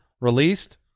released